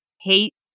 hate